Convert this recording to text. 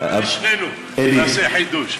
בוא נעלה שנינו, נעשה חידוש.